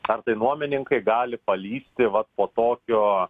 ar tai nuomininkai gali palįsti vat po tokio